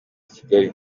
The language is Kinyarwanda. kigali